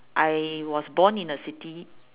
I was born in a city